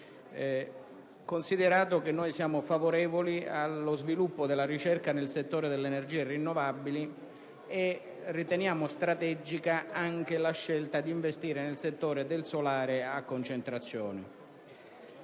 considerato che siamo favorevoli allo sviluppo della ricerca nel settore delle energie rinnovabili e che riteniamo strategica anche la scelta di investire nel settore del solare a concentrazione.